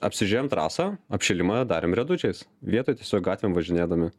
apsižiūrėjom trasą apšilimą darėm riedučiais vietoj tiesiog gatvėm važinėdami